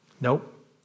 Nope